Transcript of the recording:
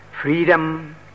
Freedom